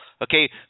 Okay